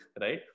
right